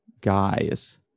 guys